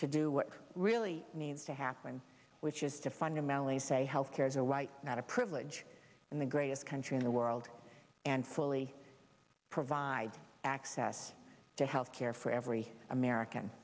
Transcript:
to do what really needs to happen which is to fundamentally say health care is a right not a privilege in the greatest country in the world and fully provide access to health care for every american